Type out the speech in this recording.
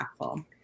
impactful